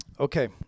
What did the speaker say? Okay